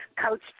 Coach